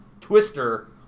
Twister